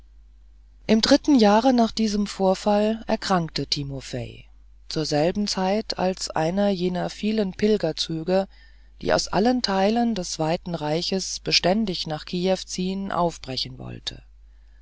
im dritten jahre nach diesem vorfall erkrankte timofei zur selben zeit als einer jener vielen pilgerzüge die aus allen teilen des weiten reiches beständig nach kiew ziehen aufbrechen wollte